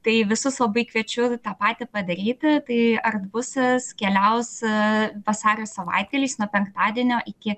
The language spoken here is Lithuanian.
tai visus labai kviečiu tą patį padaryti tai artbusas keliaus vasario savaitgaliais nuo penktadienio iki